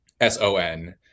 s-o-n